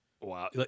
Wow